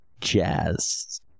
jazz